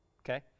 okay